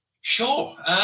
Sure